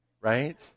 Right